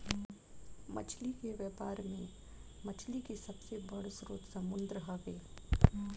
मछली के व्यापार में मछली के सबसे बड़ स्रोत समुंद्र हवे